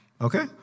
Okay